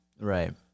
Right